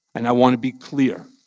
and i want to be clear.